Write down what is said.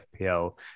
FPL